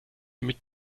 mit